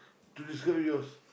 to describe yours